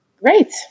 Great